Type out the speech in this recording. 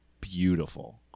beautiful